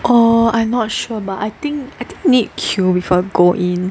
orh I not sure but I think I think need queue before go in